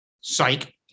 Psych